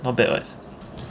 not bad [what]